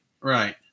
Right